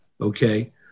okay